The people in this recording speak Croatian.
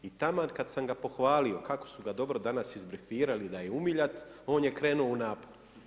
I taman kada sam ga pohvalio kako su ga dobro danas izblefirali da je umiljat, on je krenuo u napad.